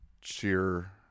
cheer